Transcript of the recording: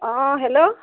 অঁ হেল্ল'